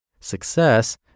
success